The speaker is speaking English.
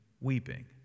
weeping